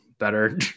better